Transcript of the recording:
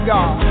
God